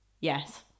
Yes